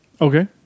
Okay